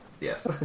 Yes